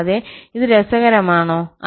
കൂടാതെ ഇത് രസകരമാണോ